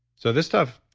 so this stuff,